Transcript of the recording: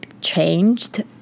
changed